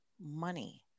money